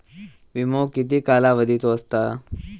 विमो किती कालावधीचो असता?